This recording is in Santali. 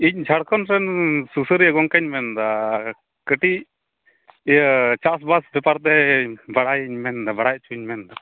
ᱤᱧ ᱡᱷᱟᱲᱠᱷᱚᱸᱰ ᱠᱷᱚᱱ ᱥᱩᱥᱟᱹᱨᱤᱭᱟᱹ ᱜᱚᱝᱠᱮᱧ ᱢᱮᱱᱮᱫᱟ ᱠᱟᱹᱴᱤᱡ ᱤᱭᱟᱹ ᱪᱟᱥ ᱵᱟᱥ ᱵᱮᱯᱟᱨ ᱛᱮ ᱵᱟᱲᱟᱭᱤᱧ ᱢᱮᱱᱮᱫᱟ ᱵᱟᱲᱟᱭ ᱚᱪᱚᱧ ᱢᱮᱱᱮᱫᱟ